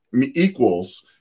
equals